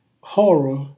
horror